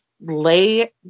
lay